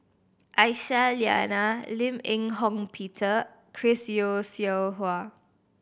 Aisyah Lyana Lim Eng Hock Peter Chris Yeo Siew Hua